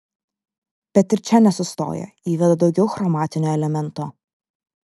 bet ir čia nesustoja įveda daugiau chromatinio elemento